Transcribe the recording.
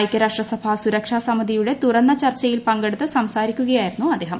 ഐകൃരാഷ്ട്ര സഭാ സുരക്ഷാ സമിതിയുടെ തുറന്ന ചർച്ചയിൽ പങ്കെടുത്ത് സംസാരിക്കുകയായിരുന്നു അദ്ദേഹം